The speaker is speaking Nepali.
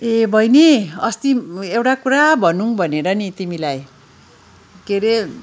ए बहिनी अस्ति एउटा कुरा भनौँ भनेर नि तिमीलाई के अरे